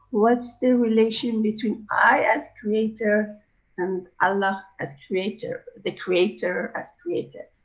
what's the relation between i as creator and allah as creator, the creator as created.